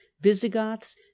visigoths